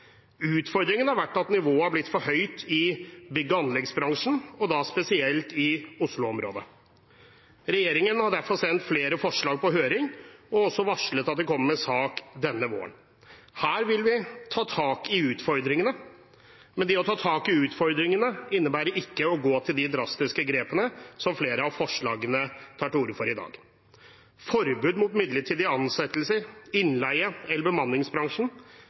Utfordringen har vært at nivået har blitt for høyt i bygg- og anleggsbransjen, og da spesielt i Oslo-området. Regjeringen har derfor sendt flere forslag på høring og også varslet at den kommer med en sak denne våren. Her vil vi ta tak i utfordringene. Men det å ta tak i utfordringene innebærer ikke å gå til de drastiske grepene som flere av forslagene tar til orde for i dag. Forbud mot midlertidige ansettelser, innleie eller bemanningsbransjen